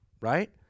right